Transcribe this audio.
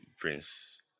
Prince